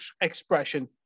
expression